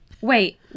Wait